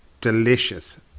delicious